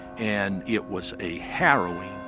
and it was a harrowing,